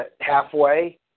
halfway